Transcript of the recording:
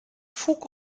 fug